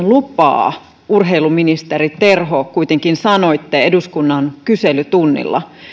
lupaa urheiluministeri terho kuitenkin sanoitte eduskunnan kyselytunnilla